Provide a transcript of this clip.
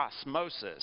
osmosis